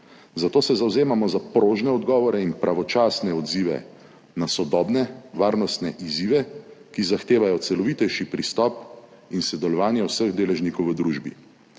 Zato se zavzemamo za prožne odgovore in pravočasne odzive na sodobne varnostne izzive, ki zahtevajo celovitejši pristop in sodelovanje vseh deležnikov v družbi.